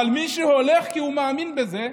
אבל מי שהולך כי הוא מאמין בזה,